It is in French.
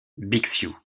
bixiou